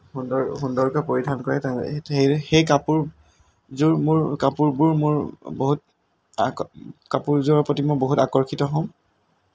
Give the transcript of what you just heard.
সুন্দৰ সুন্দৰকৈ পৰিধান কৰে সেই কাপোৰযোৰ মোৰ কাপোৰবোৰ মোৰ বহুত কাপোৰযোৰৰ প্ৰতি মই বহুত আকৰ্ষিত হওঁ